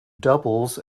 doubles